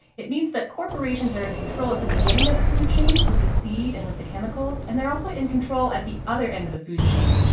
it means that corporations are in control at the beginning of the food chain, with the seed and with the chemicals, and they're also in control at the other end of the food chain.